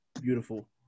Beautiful